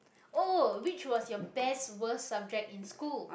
!oh! which was your best worst subject in school